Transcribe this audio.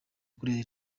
yakoreye